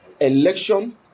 Election